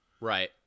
right